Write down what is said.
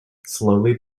slowly